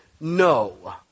no